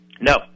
No